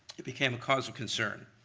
it became a cause of concern.